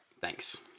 thanks